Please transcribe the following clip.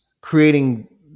creating